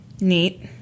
neat